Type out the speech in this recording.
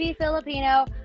Filipino